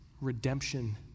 redemption